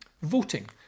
Voting